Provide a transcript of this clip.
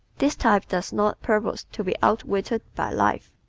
this type does not purpose to be outwitted by life.